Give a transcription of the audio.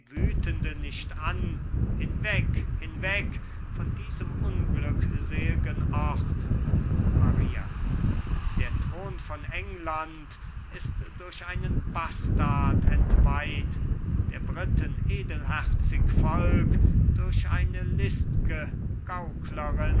nicht an hinweg hinweg von diesem unglücksel'gen ort maria der thron von england ist durch einen bastard entweiht der briten edelherzig volk durch eine list'ge